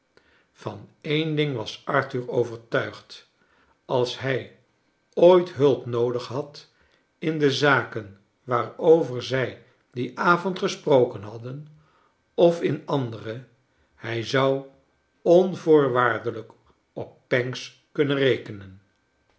van een ding was arthur overtuigd als hij ooit hulp noodig had in de zaken waarover zij dien avond gesproken hadden of in andere hij z ou onvo or waar delij k op pancks kunnen rekenen